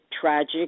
tragic